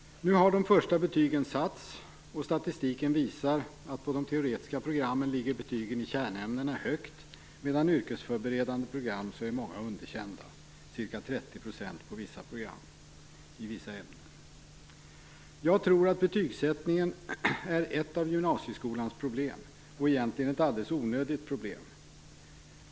Nu har de första betygen satts. Statistiken visar att på de teoretiska programmen ligger betygen i kärnämnena högt, medan många är underkända i yrkesförberedande program - ca 30 % på vissa program i vissa ämnen. Jag tror att betygsättningen är ett av gymnasieskolans problem. Egentligen är den ett alldeles onödigt problem.